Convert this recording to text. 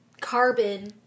carbon